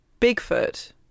Bigfoot